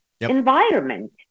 environment